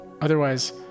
Otherwise